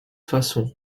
façons